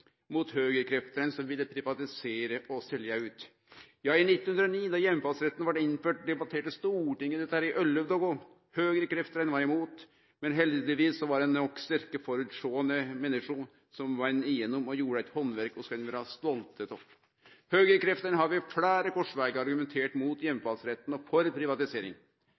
mot høgrekreftene, som ville privatisere og selje ut. Ja, i 1909, da heimfallsretten blei innført, debatterte Stortinget dette i elleve dagar. Høgrekreftene var imot, men heldigvis var det nok sterke framsynte menneske, som vann igjennom, og som gjorde eit handverk vi kan vere stolte av. Høgrekreftene har ved fleire krossvegar argumentert mot heimfallsretten og for privatisering.